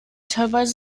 teilweise